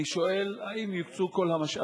רצוני לשאול: 1. האם יוקצו כל המשאבים